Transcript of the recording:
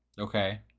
Okay